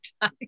time